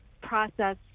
process